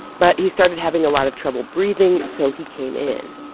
but he started having a lot of trouble breathing, so he came in.